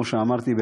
שכמו שאמרתי,